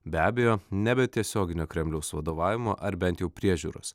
be abejo ne be tiesioginio kremliaus vadovavimo ar bent jau priežiūros